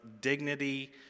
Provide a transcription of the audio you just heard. dignity